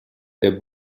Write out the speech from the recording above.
der